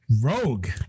rogue